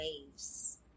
waves